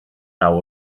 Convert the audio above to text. naw